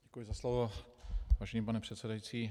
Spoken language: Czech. Děkuji za slovo, vážený pane předsedající.